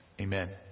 amen